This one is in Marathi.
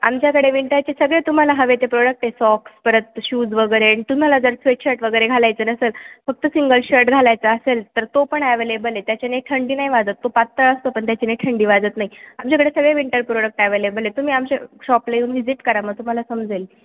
आमच्याकडे विंटरचे सगळे तुम्हाला हवे ते प्रोडक्ट आहेत सॉक्स परत शूज वगैरे तुम्हाला जर स्वेट शर्ट वगैरे घालायचं नसेल फक्त सिंगल शर्ट घालायचा असेल तर तो पण ॲवेलेबल आहे त्याच्याने थंडी नाही वाजत तो पातळ असतो पण त्याच्याने थंडी वाजत नाही आमच्याकडे सगळे विंटर प्रोडक्ट एवेलेबल आहेत तुम्ही आमच्या शॉपला येऊन व्हिजिट करा मग तुम्हाला समजेल